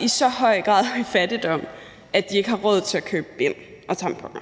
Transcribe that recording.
i så høj grad af fattigdom, at de ikke har råd til at købe bind og tamponer.